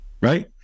right